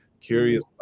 curious